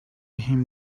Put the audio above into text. him